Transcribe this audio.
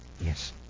Yes